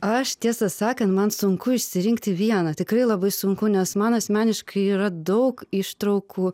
aš tiesą sakant man sunku išsirinkti vieną tikrai labai sunku nes man asmeniškai yra daug ištraukų